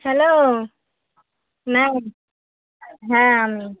hello ma'am হ্যাঁ আমি